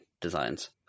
designs